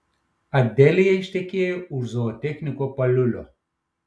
adelija ištekėjo už zootechniko paliulio